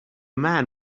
man